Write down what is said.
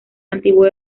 antiguo